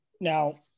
Now